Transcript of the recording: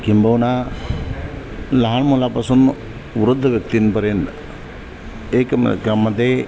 किंबहुना लहान मुलापासून वृद्ध व्यक्तींपर्यंत एकमेकांमध्ये